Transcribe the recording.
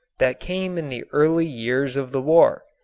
that came in the early years of the war,